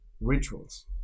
rituals